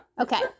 Okay